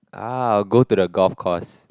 ahh go to the golf course